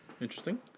Interesting